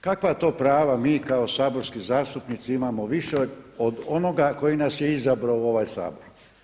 Kakva to prava mi kao saborski zastupnici imamo više od onoga koji nas je izabrao u ovaj Sabor.